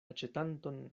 aĉetanton